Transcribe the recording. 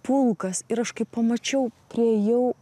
pulkas ir aš kai pamačiau priėjau